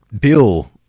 bill